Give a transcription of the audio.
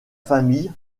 famille